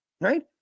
right